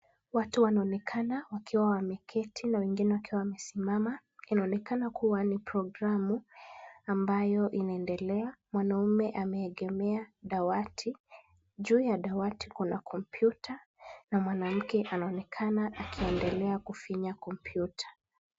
Watu wanaonekana wakiwa wameketi na wengine wakiwa wamesimama. Inaonekana kuwa ni programu ambayo inaendelea. Mwanamume ameegemea dawati. Juu ya dawati kuna kompyuta na mwanamke anaonekana akiendelea kufinya kompyuta.